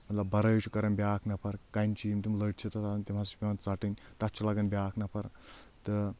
مطلب برٲے چھُ کران بیاکھ نفر کَنچی یِم تِم لٔٹۍ چھِ تَتھ آسان تِم حظ چھِ پیٚوان ژَٹٕنۍ تتھ چھِ لگان بیاکھ نفر تہٕ